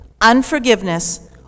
unforgiveness